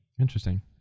Interesting